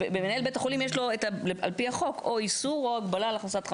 למנהל בית החולים יש לו על פי החוק או איסור או הגבלה על הכנסת חמץ.